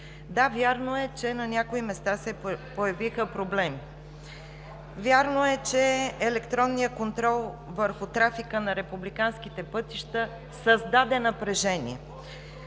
Да, вярно е, че на някои места се появиха проблеми. Вярно е, че електронният контрол върху трафика на републиканските пътища създаде напрежение.